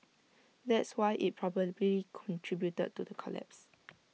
that's why IT probably contributed to the collapse